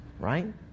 right